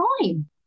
time